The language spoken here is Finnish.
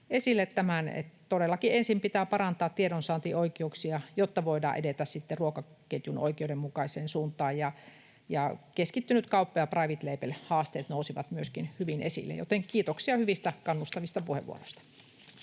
ensin pitää parantaa tiedonsaantioikeuksia, jotta voidaan edetä ruokaketjun oikeudenmukaiseen suuntaan, ja keskittynyt kauppa ja private label ‑haasteet nousivat myöskin hyvin esille. Kiitoksia hyvistä, kannustavista puheenvuoroista.